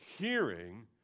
hearing